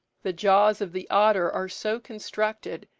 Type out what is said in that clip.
the jaws of the otter are so constructed,